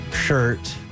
shirt